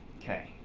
okay.